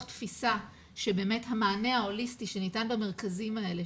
תפיסה שבאמת המענה ההוליסטי שניתן במרכזים האלה,